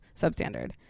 substandard